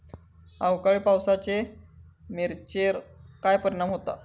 अवकाळी पावसाचे मिरचेर काय परिणाम होता?